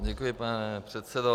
Děkuji, pane předsedo.